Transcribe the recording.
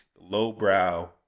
lowbrow